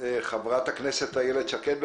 חברת הכנסת איילת שקד.